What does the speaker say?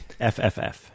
FFF